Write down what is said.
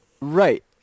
Right